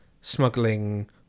smuggling